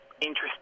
Interesting